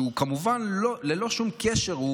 שהם כמובן ללא שום קשר,